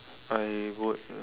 I would